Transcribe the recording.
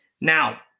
Now